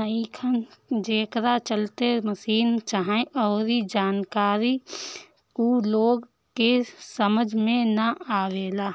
नईखन, जेकरा चलते मसीन चाहे अऊरी जानकारी ऊ लोग के समझ में ना आवेला